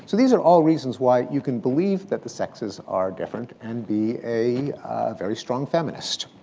so these are all reasons why you can believe that the sexes are different and be a very strong feminist,